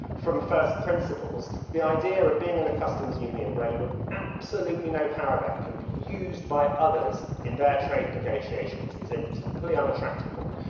from first principles, the idea of being in a customs union, where you have absolutely no power there and can be used by others in their trade negotiations, is a deeply unattractive one.